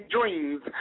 dreams